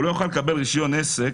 והוא לא יוכל לקבל רישיון עסק